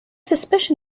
suspicion